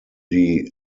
die